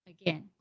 again